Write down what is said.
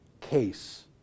case